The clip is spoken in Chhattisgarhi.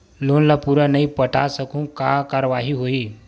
लोन ला पूरा नई पटा सकहुं का कारवाही होही?